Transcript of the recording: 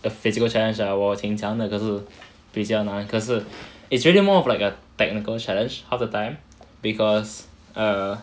a physical challenge 我挺强的可是比较难可是 it's really more of like a technical challenge half the time because err